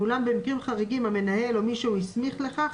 ואולם במקרים חריגים המנהל, או מי שהוא הסמיך לכך,